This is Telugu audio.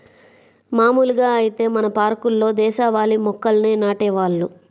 మాములుగా ఐతే మన పార్కుల్లో దేశవాళీ మొక్కల్నే నాటేవాళ్ళు